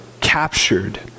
captured